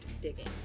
digging